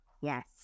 Yes